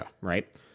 Right